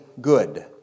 good